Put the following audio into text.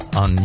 on